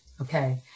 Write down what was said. Okay